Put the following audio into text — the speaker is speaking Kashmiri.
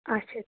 آچھا